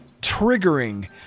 triggering